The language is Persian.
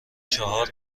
چهار